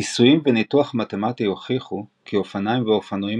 ניסויים וניתוח מתמטי הוכיחו כי אופניים ואופנועים